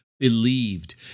Believed